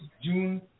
June